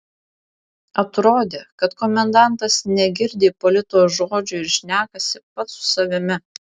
atrodė kad komendantas negirdi ipolito žodžių ir šnekasi pats su savimi